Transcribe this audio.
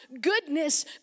goodness